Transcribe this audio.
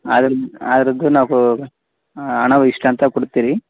ಅದ್ರ್ ಅದರದ್ದು ನಾವು ಹಣವಿಷ್ಟು ಅಂತ ಕೊಡ್ತಿರಿ